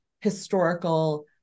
historical